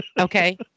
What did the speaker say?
Okay